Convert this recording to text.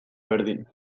berdin